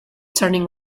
turning